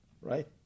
right